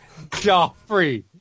Joffrey